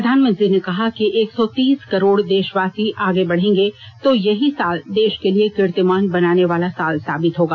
प्रधानमंत्री ने कहा कि एक सौ तीस करोड़ देषवासी आगे बढ़ेंगे तो यही साल देष के लिए कीर्तिमान बनाने वाला साल साबित होगा